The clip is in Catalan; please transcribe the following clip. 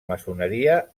maçoneria